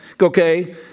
okay